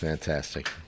Fantastic